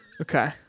Okay